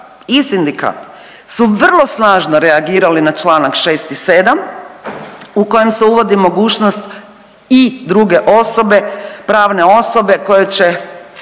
i sindikat su vrlo snažno reagirali na čl. 6 i 7 u kojem se uvodi mogućnost i druge osobe, pravne osobe koje će